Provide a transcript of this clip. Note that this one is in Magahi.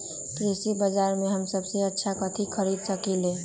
कृषि बाजर में हम सबसे अच्छा कथि खरीद सकींले?